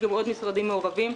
יש עוד משרדים מעורבים.